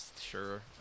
sure